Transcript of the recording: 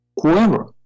Whoever